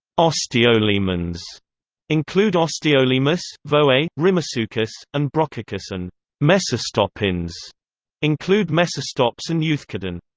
osteolaemins include osteolaemus, voay, rimasuchus, and brochuchus and mecistopins include mecistops and euthecodon.